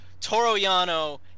Toroyano